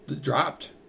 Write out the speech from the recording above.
Dropped